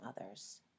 others